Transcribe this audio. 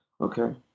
Okay